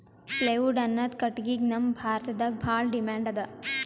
plywood ಅನ್ನದ್ ಕಟ್ಟಗಿಗ್ ನಮ್ ಭಾರತದಾಗ್ ಭಾಳ್ ಡಿಮ್ಯಾಂಡ್ ಅದಾ